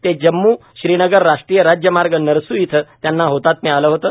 ते जम्म् श्रीनगर राष्ट्रीय राज्यमार्ग नरसू इथं त्यांना हौतात्म्य आलं होतं